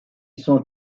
sont